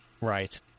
Right